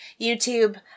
YouTube